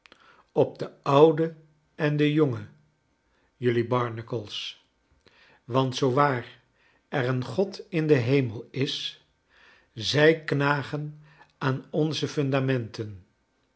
op de oude en de jonge jullie barnacles want zoo waar er een god in den heme is zij knagen aan onze fundanienten